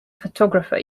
photographer